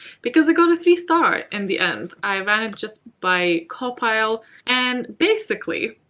because it got a three star in the end. i ran it just by cawpile and basically,